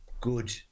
good